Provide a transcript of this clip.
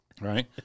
Right